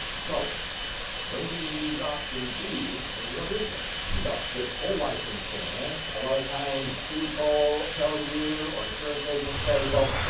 so when do you use option b and what is it? so, with whole life insurance, a lot of times people tell you or insurance agents say, well,